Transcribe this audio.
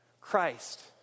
Christ